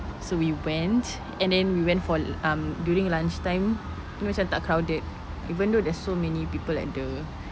so we went and then we went for um during lunch time dia macam tak crowded even though there's so many people at the